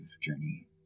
journey